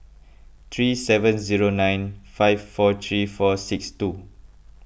three seven zero nine five four three four six two